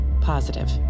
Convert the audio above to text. Positive